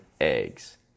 eggs